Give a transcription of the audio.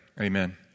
Amen